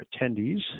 attendees